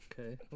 Okay